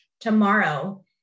tomorrow